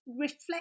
reflect